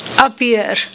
appear